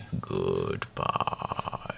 Goodbye